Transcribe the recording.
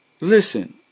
listen